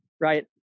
right